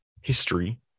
history